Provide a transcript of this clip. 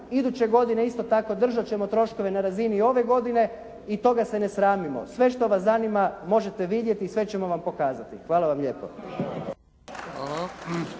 Iduće godine isto tako držat ćemo troškove na razini ove godine i toga se ne sramimo. Sve što vas zanima možete vidjeti, sve ćemo vam pokazati. Hvala vam